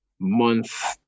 month